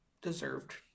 deserved